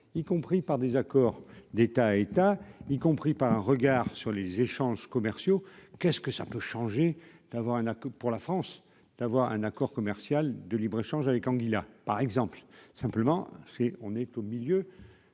y compris par des accords d'État à État y compris par un regard sur les échanges commerciaux qu'est-ce que ça peut changer, d'avoir un accord pour la France d'avoir un accord commercial de libre- échange avec Angela, par exemple, simplement c'est on est au milieu